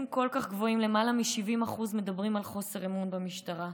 למעלה מ-70% מדברים על חוסר אמון במשטרה.